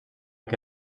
que